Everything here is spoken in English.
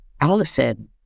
Allison